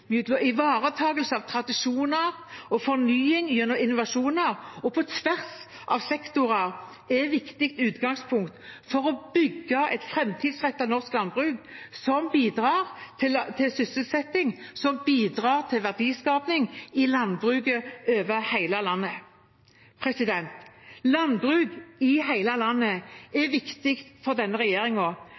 av tradisjoner og fornying gjennom innovasjoner og på tvers av sektorer. Det er et viktig utgangspunkt for å bygge et framtidsrettet norsk landbruk som bidrar til sysselsetting, som bidrar til verdiskaping i landbruket over hele landet. Landbruk i hele landet er viktig for denne